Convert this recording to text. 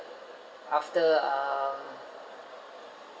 after um